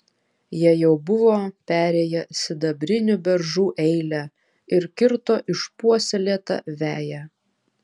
jie jau buvo perėję sidabrinių beržų eilę ir kirto išpuoselėtą veją